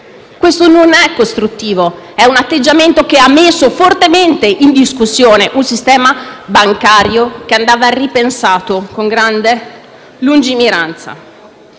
Questo non è costruttivo: è un atteggiamento che ha messo fortemente in discussione un sistema bancario che andava ripensato con grande lungimiranza.